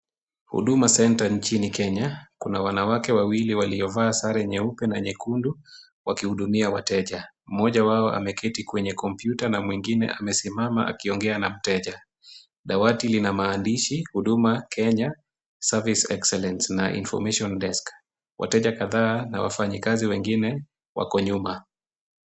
Huduma Center, nchini Kenya. Kuna wanawake wawili waliovaa sare nyeupe na nyekundu, wakihudumia wateja. Mmoja wao ameketi kwenye computer na mwingine amesimama akiongea na mteja. Dawati lina maandishi, Huduma Kenya, Service Excellence na Information Desk . Wateja kadhaa na wafanyikazi wengine wako nyuma.